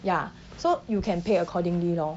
ya so you can pay accordingly lor